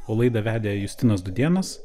o laidą vedė justinas dūdėnas